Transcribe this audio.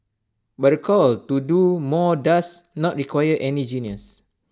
but call A to do more does not require any genius